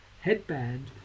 headband